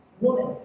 Woman